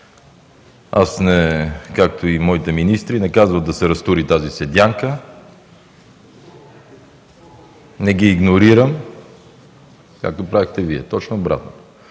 Аз, както и моите министри, не казвам да се разтури „тази седянка”, не ги игнорирам, както правехте Вие, а точно обратното.